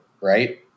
right